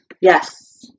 Yes